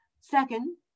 Second